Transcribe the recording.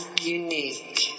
unique